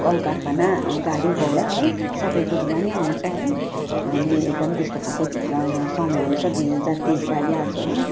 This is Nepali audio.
कल कारखाना गाडी घोडा है सबै कुरोहरूमा नै आउँछ है हामीले एकदम त्यस्तो खालको समय अनुसार दुई हजार तेइस लाग्यो आज होइन